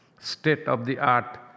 state-of-the-art